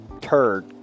turd